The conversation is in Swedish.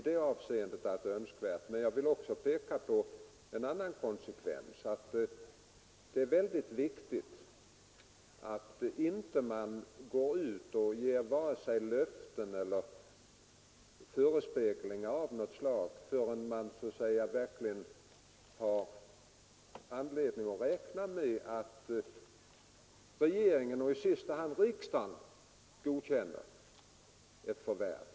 Herr talman! Jag håller gärna med om att det är önskvärt med en sådan här dialog. Men jag vill också påpeka att det är viktigt att man inte går ut och ger vare sig löften eller förespeglingar av något slag förrän man verkligen har anledning räkna med att regeringen och i sista hand riksdagen godkänner ett förvärv.